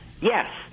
Yes